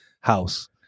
house